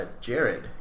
Jared